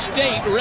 State